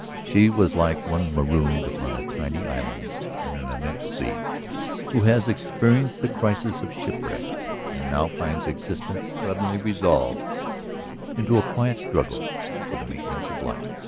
she was like one marooned upon a tiny island in an immense sea who has experienced the crisis of shipwreck and now finds existence suddenly resolved into a quiet struggle for the maintenance of life.